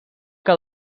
que